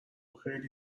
خیلی